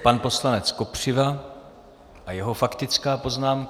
Pan poslanec Kopřiva a jeho faktická poznámka.